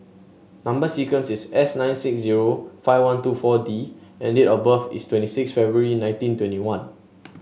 number sequence is S nine six zero five one two four D and date of birth is twenty six February nineteen twenty one